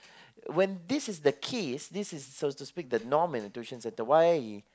when this is the case this is supposedly the normal tuition centre why it